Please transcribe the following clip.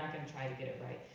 try to get it right.